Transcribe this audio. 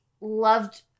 loved